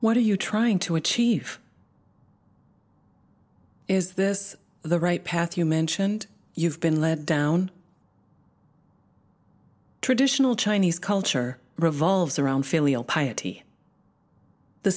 what are you trying to achieve is this the right path you mentioned you've been led down traditional chinese culture revolves around filial piety the